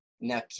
Now